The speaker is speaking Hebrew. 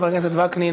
חבר הכנסת וקנין,